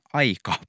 aika